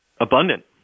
abundant